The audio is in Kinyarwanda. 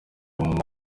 mama